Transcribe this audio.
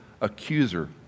accuser